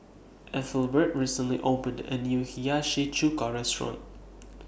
Ethelbert recently opened A New Hiyashi Chuka Restaurant